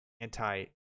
anti